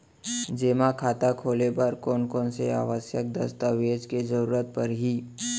जेमा खाता खोले बर कोन कोन से आवश्यक दस्तावेज के जरूरत परही?